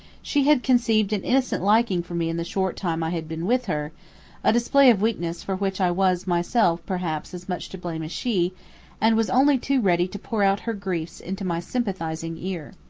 she had conceived an innocent liking for me in the short time i had been with her a display of weakness for which i was myself, perhaps, as much to blame as she and was only too ready to pour out her griefs into my sympathizing ear.